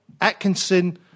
Atkinson